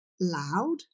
loud